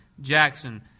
Jackson